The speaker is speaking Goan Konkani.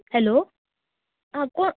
हॅलो आ कोण